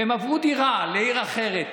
והם עברו דירה לעיר אחרת,